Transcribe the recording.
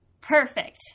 Perfect